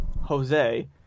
Jose